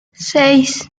seis